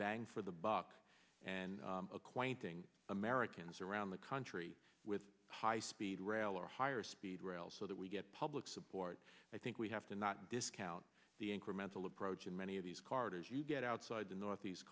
bang for the buck and acquainting americans around the country with high speed rail or higher speed rail so that we get public support i think we have to not discount the incremental approach in many of these corridors you get outside the northeast